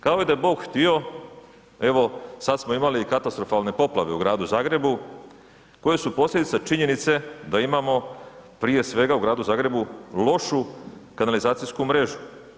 Kao da je Bog htio evo sad smo imali katastrofalne poplave u Gradu Zagrebu koje su posljedica činjenice da imamo prije svega u Gradu Zagrebu lošu kanalizacijsku mrežu.